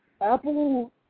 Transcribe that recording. Apple